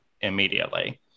immediately